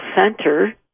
center